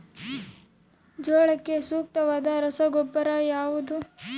ಜೋಳಕ್ಕೆ ಸೂಕ್ತವಾದ ರಸಗೊಬ್ಬರ ಯಾವುದು?